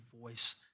voice